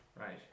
Right